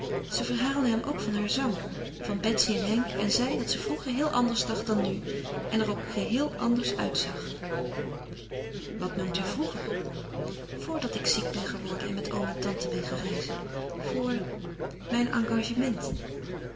ze verhaalde hem ook van haren zang van betsy en henk en zeide dat ze vroeger heel anders dacht dan nu en er ook geheel anders uitzag wat noemt u vroeger voordat ik ziek ben geworden en met oom en tante ben gaan reizen voor mijn engagement